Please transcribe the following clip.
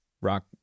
rock